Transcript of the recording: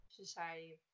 society